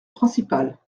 principales